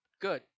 good